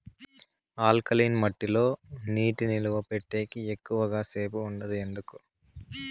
alkaline మట్టి లో నీటి నిలువ పెట్టేకి ఎక్కువగా సేపు ఉండదు ఎందుకు